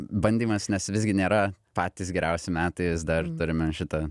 bandymas nes visgi nėra patys geriausi metais dar turime šitą